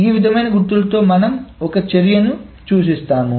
ఈ విధమైన గుర్తులతో మనము ఒక చర్యని సూచిస్తాము